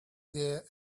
there